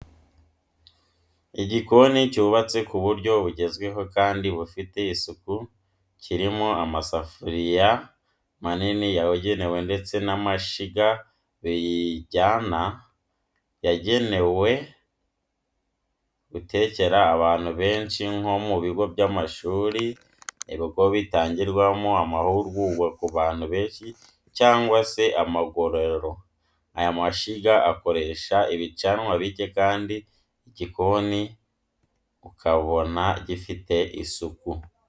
Igikoni cyubatse mu buryo bugezweho kandi bufite isuku kirimo amasafuriya manini yabugenewe ndetse n'amashyiga bijyana yagenewe gutekera abantu benshi nko mu bigo by'amashuri, ibigo bitangirwamo amahugurwa ku bantu benshi, cyangwa se amagororero , aya mashyiga akoresha ibicanwa bicye kandi igikoni ukabona gifite isuku.